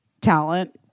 talent